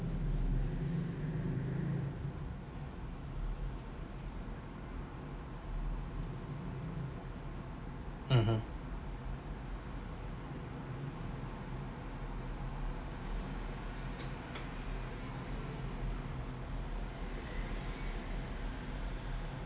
mmhmm